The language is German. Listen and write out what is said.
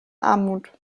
armut